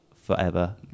forever